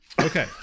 Okay